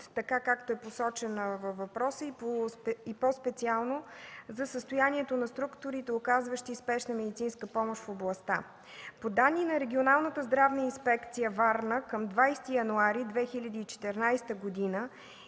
вид, както е посочена във въпроса, и по-специално за състоянието на структурите, оказващи спешна медицинска помощ в областта. По данни на Регионалната здравна инспекция – Варна към януари 2014 г. и